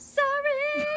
sorry